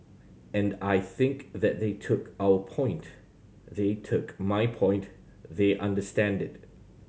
and I think that they took our point they took my point they understand it